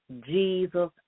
Jesus